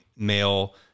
male